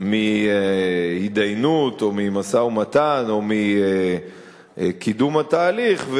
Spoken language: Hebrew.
מהתדיינות או ממשא-ומתן או מקידום התהליך,